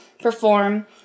perform